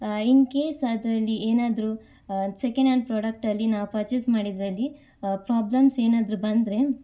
ಇನ್ case ಅದರಲ್ಲಿ ಏನಾದರೂ second and ಪ್ರಾಡಕ್ಟಲ್ಲಿ ನಾವು ಪರ್ಚೇಸ್ ಮಾಡಿದ್ದರಲ್ಲಿ ಪ್ರಾಬ್ಲಮ್ಸ್ ಏನಾದರೂ ಬಂದರೆ